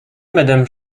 madame